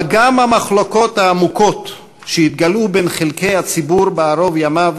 אבל גם המחלוקות העמוקות שהתגלעו בין חלקי הציבור בערוב ימיו